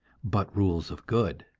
but rules of good